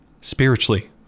spiritually